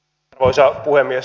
arvoisa puhemies